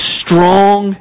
strong